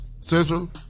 Central